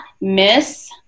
Miss